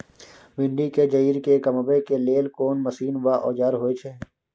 भिंडी के जईर के कमबै के लेल कोन मसीन व औजार होय छै?